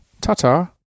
Ta-ta